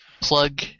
plug